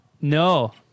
No